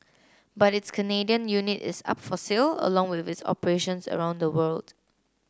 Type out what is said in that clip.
but its Canadian unit is up for sale along with its operations around the world